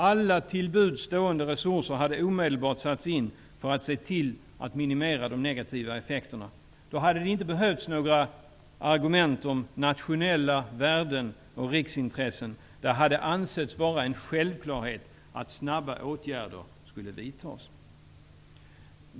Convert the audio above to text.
Alla till buds stående resurser hade omedelbart satts in för att se till att minimera de negativa effekterna. Då hade det inte behövts några argument om ''nationella värden'' och ''riksintressen'', utan det hade ansetts vara en självklarhet att åtgärder skulle vidtas snabbt.